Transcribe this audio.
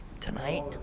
tonight